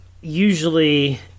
Usually